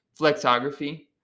flexography